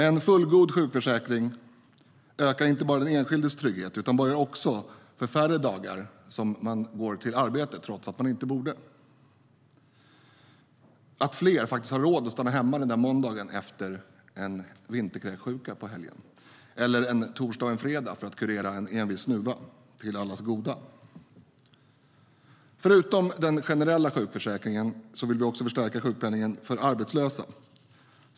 En fullgod sjukförsäkring ökar inte bara den enskildes trygghet utan borgar också för färre dagar som man går till arbetet trots att man inte borde, så att fler faktiskt har råd att stanna hemma den där måndagen efter vinterkräksjuka på helgen eller en torsdag och en fredag för att kurera en envis snuva - till allas goda. Förutom den generella sjukförsäkringen vill vi också förstärka sjukpenningen för arbetslösa.